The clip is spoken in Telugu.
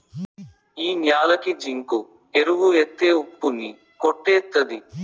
ఈ న్యాలకి జింకు ఎరువు ఎత్తే ఉప్పు ని కొట్టేత్తది